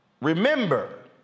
Remember